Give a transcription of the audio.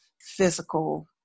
physical